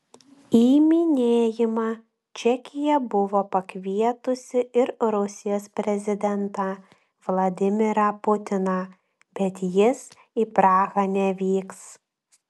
į minėjimą čekija buvo pakvietusi ir rusijos prezidentą vladimirą putiną bet jis į prahą nevyks